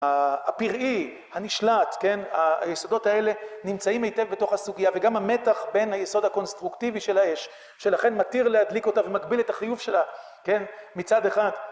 הפראי, הנשלט, כן, היסודות האלה נמצאים היטב בתוך הסוגיה, וגם המתח בין היסוד הקונסטרוקטיבי של האש שלכן מתיר להדליק אותה ומגביל את החיוב שלה, כן, מצד אחד